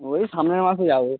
ওই সামনের মাসে যাবো